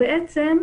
בעצם,